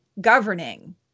governing